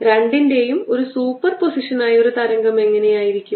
രണ്ടിന്റെയും ഒരു സൂപ്പർപോസിഷനായ ഒരു തരംഗം എങ്ങനെയായിരിക്കും